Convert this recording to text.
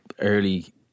early